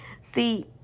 See